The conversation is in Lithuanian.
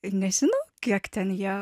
nežinau kiek ten ją